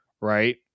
right